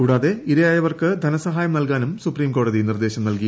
കൂടാതെ ഇരയായവർക്ക് ധനസഹായം നൽകാനും സുപ്രീംകോടതി നിർദ്ദേശം നൽകി